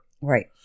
right